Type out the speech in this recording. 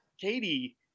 Katie